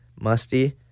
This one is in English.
musty